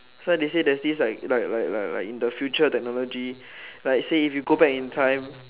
so they say there is this like like like like in the future technology like say if you go back in time